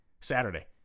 Saturday